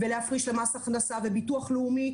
ולהפריש למס הכנסה וביטוח לאומי,